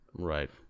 Right